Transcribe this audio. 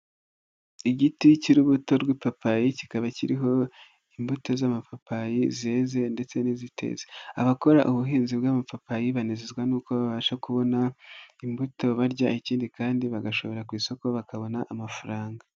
Igiti cy'urubuto rw'ipapayi kikaba kiriho imbuto z'amapapayi zeze ndetse n'iziteze. Abakora ubuhinzi bw'amapapayi banezezwa n'uko babasha kubona imbuto barya. Ikindi kandi bagashora ku isoko bakabona amafaranga.